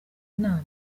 inama